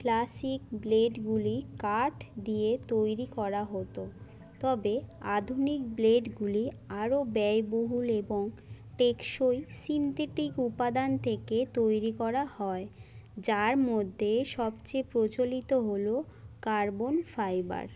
classic ব্লেডগুলি কাঠ দিয়ে তৈরি করা হতো তবে আধুনিক ব্লেডগুলি আরো ব্যয়বহুল এবং টেকসই সিন্থেটিক উপাদান থেকে তৈরি করা হয় যার মধ্যে সবচেয়ে প্রচলিত হলো কার্বন ফাইবার